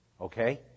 Okay